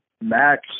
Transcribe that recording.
Max